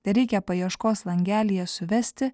tereikia paieškos langelyje suvesti